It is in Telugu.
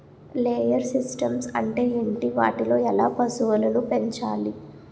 లేయర్ సిస్టమ్స్ అంటే ఏంటి? వాటిలో ఎలా పశువులను పెంచాలి?